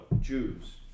Jews